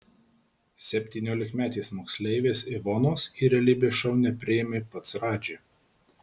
septyniolikmetės moksleivės ivonos į realybės šou nepriėmė pats radži